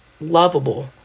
lovable